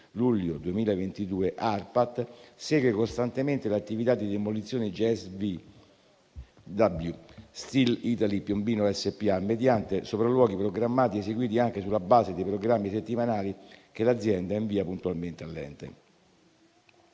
luglio 2022, ARPAT segue costantemente l'attività di demolizione di JSW Steel Italy Piombino SpA, mediante sopralluoghi programmati eseguiti anche sulla base dei programmi settimanali che l'azienda invia puntualmente all'ente.